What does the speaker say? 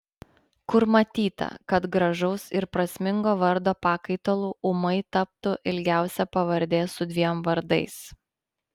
kur matyta kad gražaus ir prasmingo vardo pakaitalu ūmai taptų ilgiausia pavardė su dviem vardais